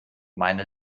meine